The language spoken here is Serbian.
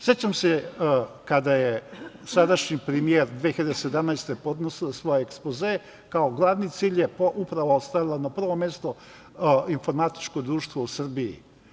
Sećam se kada je sadašnji premijer 2017. godine podnosila svoj ekspoze, kao glavni cilj je stavila upravo na prvo mesto informatičko društvo u Srbiji.